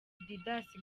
didas